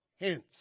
hence